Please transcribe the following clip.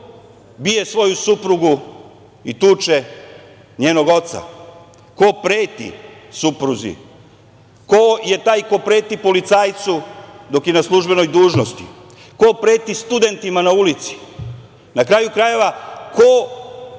Ko bije svoju suprugu i tuče njenog oca? Ko preti supruzi? Ko je taj ko preti policajcu dok je na službenoj dužnosti? Ko preti studentima na ulici? Na kraju krajeva, ko sprečava